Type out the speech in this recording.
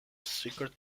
secret